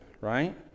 right